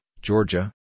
Georgia